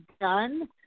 done